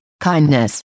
kindness